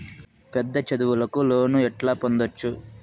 పెద్ద చదువులకు లోను ఎట్లా పొందొచ్చు